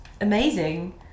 amazing